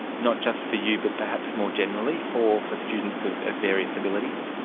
not just for you but perhaps more generally for for students of various abilities?